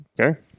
Okay